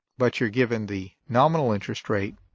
but you're given the nominal interest rate